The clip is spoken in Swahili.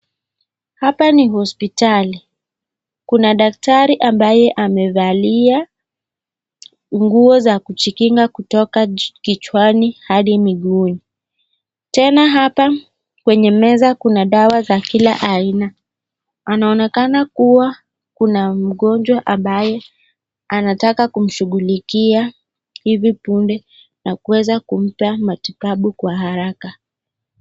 Hapa ni hospitali. Kuna daktari ambaye amevalia nguo za kujikinga kutoka kichwani hadi miguuni. Tena hapa kwenye meza kuna dawa za kila aina. Anaonekana kuwa kuna mgonjwa ambaye anataka kumshughulikia hivi punde na kuweza kumpa matibabu kwa haraka.